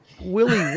Willie